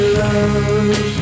love